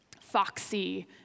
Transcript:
Foxy